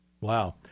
Wow